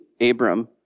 Abram